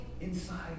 inside